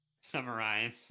summarize